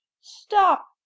stop